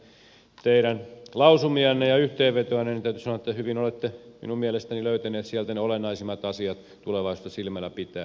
kun katsoo noita teidän lausumianne ja yhteenvetoanne niin täytyy sanoa että hyvin olette minun mielestäni löytäneet sieltä ne olennaisimmat asiat tulevaisuutta silmällä pitäen